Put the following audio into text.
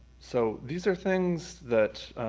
so these are things that